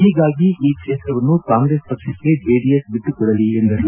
ಹೀಗಾಗಿ ಈ ಕ್ಷೇತ್ರವನ್ನು ಕಾಂಗ್ರೆಸ್ ಪಕ್ಷಕ್ಕೆ ಜೆಡಿಎಸ್ ಬಿಟ್ಟುಕೊಡಲಿ ಎಂದರು